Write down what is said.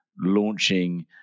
launching